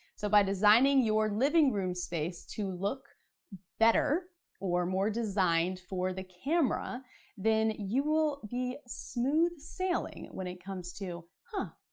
so by designing your living room space to look better or more designed for the camera then you will be smooth sailing when it comes to, huh,